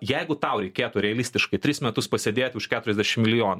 jeigu tau reikėtų realistiškai tris metus pasėdėti už keturiasdešimt milijonų